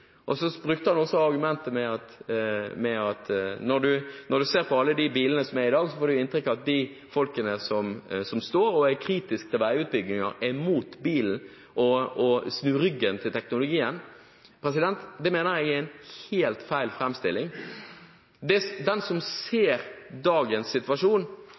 bilen. Så brukte han også argumentet med at når du ser på alle bilene som er i dag, får du inntrykk av at folkene som er kritisk til veiutbyggingen, er mot bilen og snur ryggen til teknologien. Det mener jeg er en helt feil framstilling. De som ser dagens situasjon